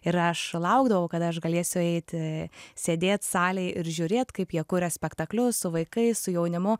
ir aš laukdavau kada aš galėsiu eiti sėdėt salėj ir žiūrėt kaip jie kuria spektaklius vaikai su jaunimu